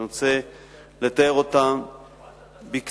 אני אנסה לתאר אותם בקצרה.